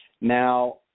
Now